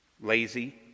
lazy